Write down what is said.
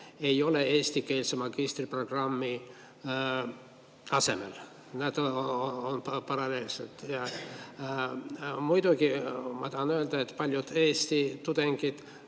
ei ole eestikeelse magistriprogrammi asemel, nad on paralleelsed. Muidugi ma tahan öelda, et paljud Eesti tudengid